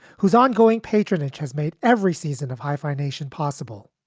whose ongoing patronage has made every season of hyphenation possible,